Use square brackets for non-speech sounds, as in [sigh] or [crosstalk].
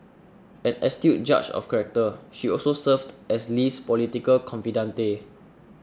[noise] an astute judge of character she also served as Lee's political confidante